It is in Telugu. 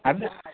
అదే